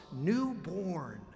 newborn